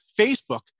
Facebook